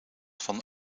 van